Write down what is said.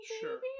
sure